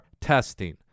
testing